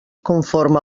conforme